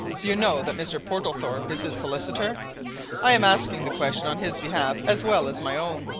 you know that mr. portlethorpe is his solicitor i am asking the question on his behalf as well as my own.